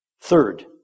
Third